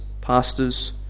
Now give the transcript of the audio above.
pastors